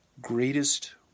greatest